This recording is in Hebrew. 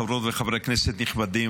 חברות וחברי כנסת נכבדים,